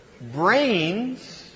brains